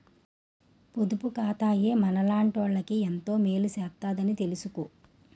పొదుపు ఖాతాయే మనలాటోళ్ళకి ఎంతో మేలు సేత్తదని తెలిసుకో